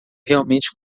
realmente